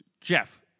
Jeff